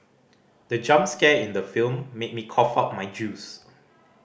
the jump scare in the film made me cough out my juice